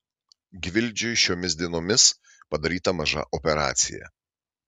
gvildžiui šiomis dienomis padaryta maža operacija